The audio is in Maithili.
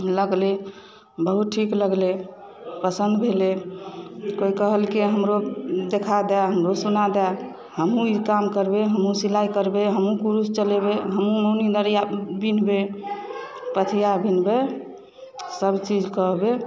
लगलै बहुत ठीक लगलै पसंद भेलै कोइ कहलकै हमरो देखा दे हमरो सुना दे हमहु ई काम करबै हमहु सिलाइ करबै हमहु क्रूश चलेबै हमहुँ मोनी दरी अर बीनबै पथिआ बीनबै सब चीज कहबै